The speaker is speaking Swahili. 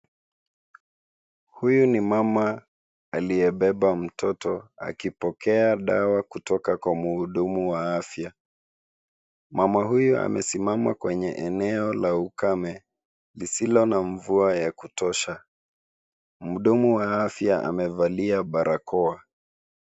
Huyu ni mama aliyebeba mtoto, akipokea dawa kutoka kwa mhudumu wa afya. Mama huyu amesimama kwenye eneo la ukame, lisilo na mvua ya kutosha. Mhudumu wa afya amavalia barakoa.